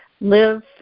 live